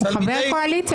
זה חבר קואליציה,